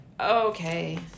okay